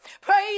Praise